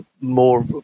more